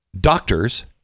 Doctors